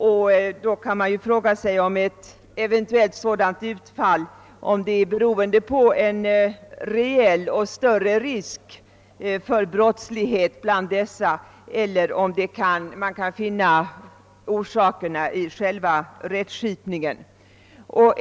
Om så är fallet, kan man fråga sig om utfallet beror på en reellt större risk för brottslighet bland dessa kategorier eller om orsakerna är att finna i själva rättsskipningen.